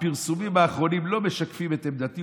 הפרסומים האחרונים לא משקפים את עמדתי,